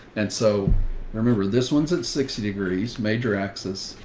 and so i remember this one's at sixty degrees major axis.